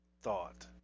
thought